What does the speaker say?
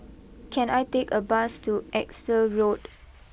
can I take a bus to Exeter Road